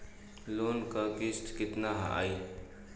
Loan क किस्त कितना आई?